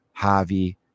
Javi